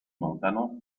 notano